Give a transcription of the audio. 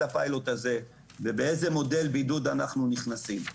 הפיילוט הזה ולאיזה מודל בידוד אנחנו נכנסים.